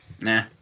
nah